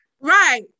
right